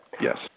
Yes